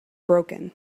broken